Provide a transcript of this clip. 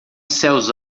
céus